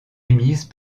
émise